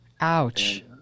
Ouch